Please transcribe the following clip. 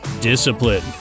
Discipline